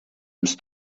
ens